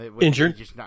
Injured